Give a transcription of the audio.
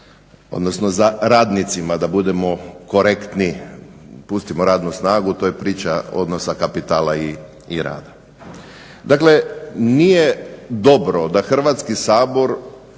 odnosno za radnicima da budemo korektni. Pustimo radnu snagu, to je priča odnosa kapitala i rada. Dakle, nije dobro da Hrvatski sabor